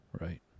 right